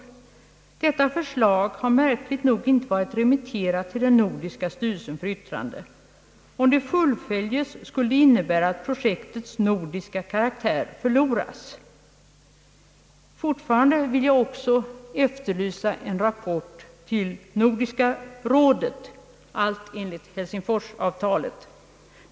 Detta förslag har märkligt nog inte varit remitterat till den nordiska styrelsen för yttrande. Om det fullföljes skulle det innebära, att projektets nordiska karaktär förloras.» Fortfarande vill jag också efterlysa en rapport till Nordiska rådet, detta i enlighet med Helsingforsavtalet.